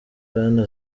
bwana